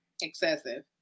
excessive